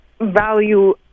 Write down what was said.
value